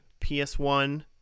PS1